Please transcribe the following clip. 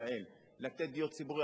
לתת דיור ציבורי.